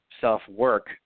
self-work